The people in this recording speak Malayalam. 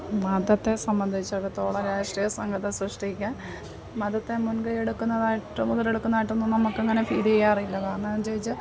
മതത്തെ സംബന്ധിച്ചെടുത്തോളം രാഷ്ട്രീയ സങ്ങത സൃഷ്ടിക്കാൻ മതത്തെ മുൻകൈ എടുക്കുന്നതായിട്ട് മുതലെടുക്കുന്നതായിട്ടൊന്നും നമുക്കങ്ങനെ ഫീല് ചെയ്യാറില്ല കാരണമെന്നാന്ന് ചോദിച്ചാൽ